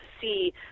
see